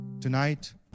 Tonight